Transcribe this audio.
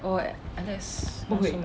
oh alex not so much